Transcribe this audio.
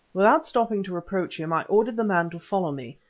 without stopping to reproach him, i ordered the man to follow me,